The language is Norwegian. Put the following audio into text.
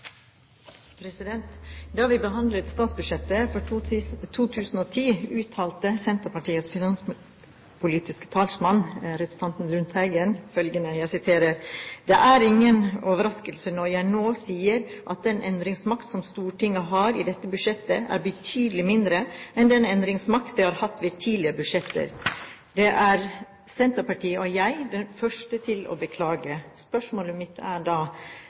Da vi behandlet statsbudsjettet for 2010, uttalte Senterpartiets finanspolitiske talsmann, representanten Lundteigen, følgende: «Det er ingen overraskelse når jeg nå sier at den endringsmakt som Stortinget har i dette budsjettet, er betydelig mindre enn den endringsmakt det har hatt ved tidligere budsjetter. Det er Senterpartiet og jeg de første til å beklage.» Spørsmålene mine blir da